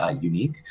unique